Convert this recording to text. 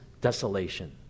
desolation